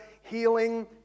healing